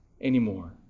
anymore